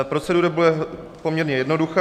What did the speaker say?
Procedura bude poměrně jednoduchá.